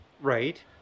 Right